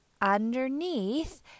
underneath